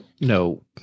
no